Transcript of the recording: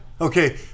Okay